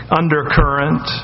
undercurrent